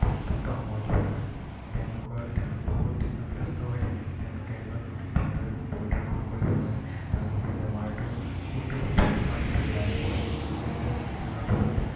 পৰ্যাপ্ত সময় দিব নোৱাৰে তেওঁলোকৰ তেওঁলোক বহুত ব্যস্ত হৈ থাকে তেওঁলোকে এজন ৰোগীক ভালদৰে পৰিদৰ্শন কৰিব নোৱাৰে তাৰ বাবে বেমাৰটো কোনটো সঠিক বেমাৰ সেইটো ওলাই নপৰে সেইবাবে ৰোগীজনৰ বহুত